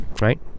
right